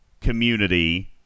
community